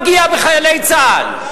למה הפגיעה בחיילי צה"ל?